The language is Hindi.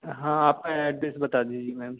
हाँ आपका एड्रेस बता दीजिए मैम